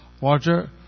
water